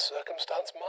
Circumstance